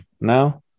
now